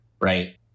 Right